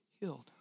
Healed